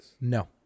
No